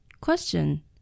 Question